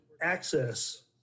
access